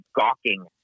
gawking